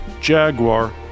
Jaguar